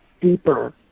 deeper